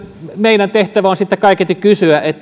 meidän tehtävämme on sitten kaiketi kysyä